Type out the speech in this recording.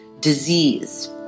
disease